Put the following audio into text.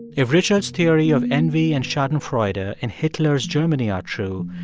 if richard's theory of envy and schadenfreude ah in hitler's germany are true,